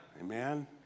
Amen